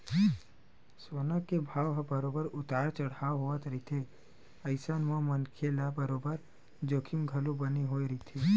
सोना के भाव ह बरोबर उतार चड़हाव होवत रहिथे अइसन म मनखे ल बरोबर जोखिम घलो बने होय रहिथे